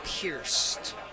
pierced